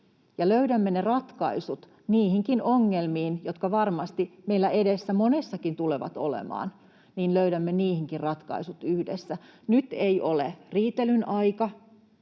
löydämme ratkaisut niihinkin ongelmiin, jotka varmasti tulevat meillä edessä monessakin olemaan, löydämme niihinkin ratkaisut yhdessä. Nyt ei ole riitelyn aika,